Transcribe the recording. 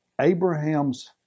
Abraham's